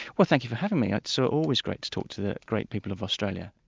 well thank you for having me. it's so always great to talk to the great people of australia.